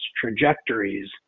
trajectories